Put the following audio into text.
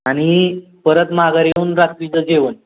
आणि परत माघारी येऊन रात्रीचं जेवण